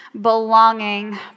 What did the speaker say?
belonging